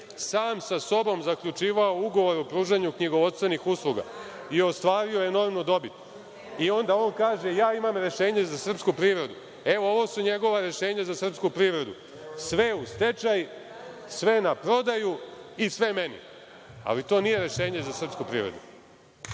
sam sa sobom zaključivao ugovor o pružanju knjigovodstvenih usluga i ostvario enormnu dobit. I onda on kaže – ja imam rešenje za srpsku privredu. Evo, ovo su njegova rešenja za srpsku privredu. Sve u stečaj, sve na prodaju i sve meni. Ali, to nije rešenje za srpsku privredu.